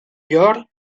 llor